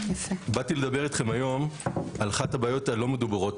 באתי לדבר אתכם היום על אחת הבעיות הלא מדוברות